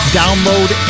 download